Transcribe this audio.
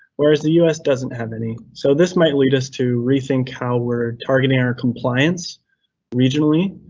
whereas the us doesn't have any. so this might lead us to rethink how we're targeting our compliance regionally,